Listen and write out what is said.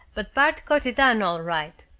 but bart got it down all right.